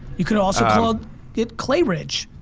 you could've also called it clay ridge.